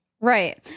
Right